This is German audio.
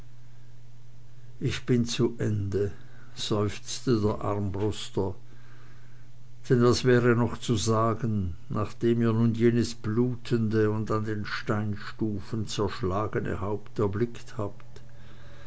ich bin zu ende seufzte der armbruster denn was wäre noch zu sagen nachdem ihr nun jenes blutende und an den steinstufen zerschlagene haupt erblickt habt